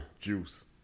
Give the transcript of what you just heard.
juice